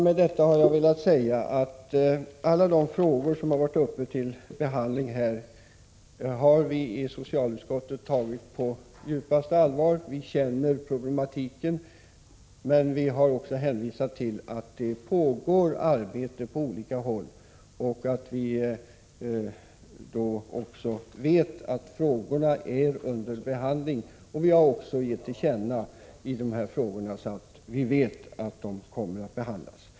Med detta har jag velat säga att alla de här frågorna som har varit uppe till behandling har vi i socialutskottet tagit på djupaste allvar. Vi känner problematiken, men vi har också hänvisat till att det pågår arbete på olika håll. Vi har dessutom givit vår uppfattning till känna i dessa frågor, så att vi vet att de kommer att behandlas.